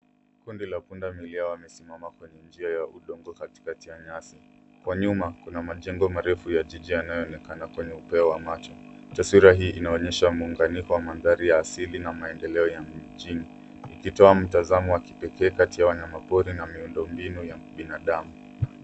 Kundi la pundamilia wamesimama kwenye njia ya udongo katikati ya nyasi. Kwa nyuma kuna majengo marefu ya jiji yanayoonekana kwenye upeo wa macho. Taswira hii inaonyesha muunganyiko wa mandhari asili na maendeleo ya mjini ikitoa mtazamo wa kipekee kati ya wanyama pori na miundo mbinu ya binadamu.